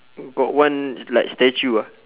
got one like statue ah